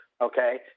okay